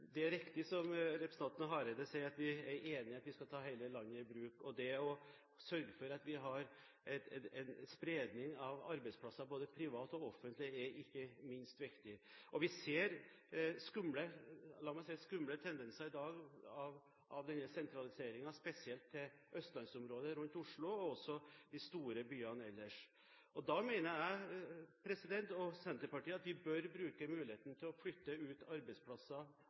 Det er riktig, som representanten Hareide sier, at vi er enig i at vi skal ta hele landet i bruk. Det å sørge for at vi har spredning av arbeidsplasser, både private og offentlige, er ikke minst viktig. Vi ser i dag – la meg si – skumle tendenser av sentraliseringen, spesielt i østlandsområdet rundt Oslo og også i de store byene ellers. Jeg og Senterpartiet mener at vi bør bruke muligheten til å flytte ut arbeidsplasser,